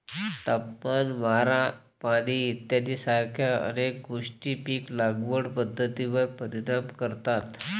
तापमान, वारा, पाणी इत्यादीसारख्या अनेक गोष्टी पीक लागवड पद्धतीवर परिणाम करतात